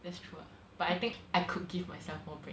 that's true ah but I think I could give myself more break